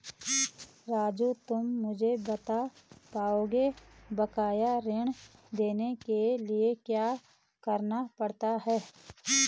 राजू तुम मुझे बता पाओगे बकाया ऋण देखने के लिए क्या करना पड़ता है?